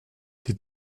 die